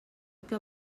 que